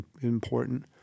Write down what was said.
important